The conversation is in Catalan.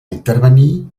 intervenir